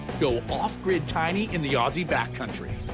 go off-grid tiny in the aussie backcountry.